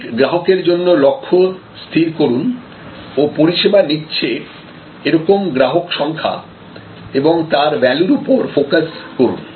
সঠিক গ্রাহকের জন্য লক্ষ্য স্থির করুন ও পরিষেবা নিচ্ছে এরকম গ্রাহক সংখ্যা এবং তার ভ্যালুর উপর ফোকাস করুন